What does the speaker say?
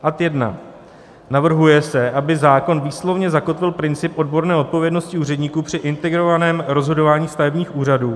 Ad 1. Navrhuje se, aby zákon výslovně zakotvil princip odborné odpovědnosti úředníků při integrovaném rozhodování stavebních úřadů.